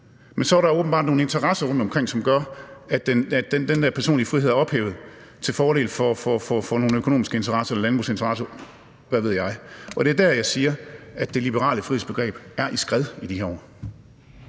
Men så er der åbenbart nogle interesser rundtomkring, der gør, at den der personlige frihed er ophævet til fordel for nogle økonomiske interesser – landbrugets interesser, eller hvad ved jeg. Det er der, jeg siger, at det liberale frihedsbegreb er i skred i de her år